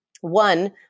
one